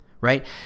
right